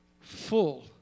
full